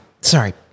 Sorry